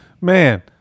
man